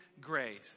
grace